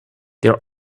there